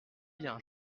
bien